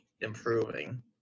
improving